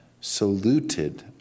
saluted